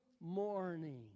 morning